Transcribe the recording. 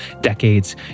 decades